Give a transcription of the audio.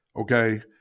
Okay